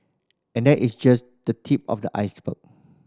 and that is just the tip of the iceberg